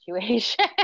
situation